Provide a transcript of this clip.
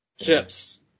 Chips